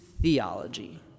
theology